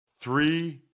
three